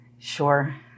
Sure